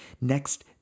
next